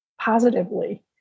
positively